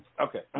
Okay